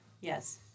yes